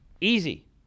easy